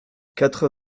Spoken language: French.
quatre